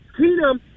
Keenum